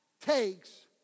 takes